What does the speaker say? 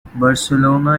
barcelona